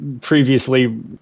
previously